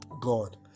God